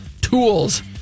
tools